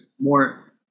more